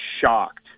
shocked